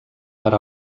per